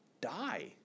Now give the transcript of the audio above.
die